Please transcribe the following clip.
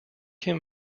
him